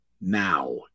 now